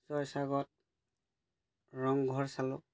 জয়সাগৰত ৰংঘৰ চালোঁ